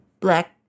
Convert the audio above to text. black